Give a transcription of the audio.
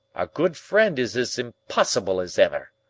our good friend is as impossible as ever.